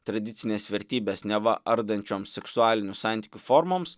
tradicines vertybes neva ardančioms seksualinių santykių formoms